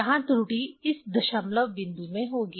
यहाँ त्रुटि इस दशमलव बिंदु में होगी